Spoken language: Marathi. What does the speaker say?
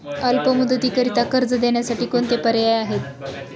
अल्प मुदतीकरीता कर्ज देण्यासाठी कोणते पर्याय आहेत?